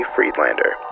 Friedlander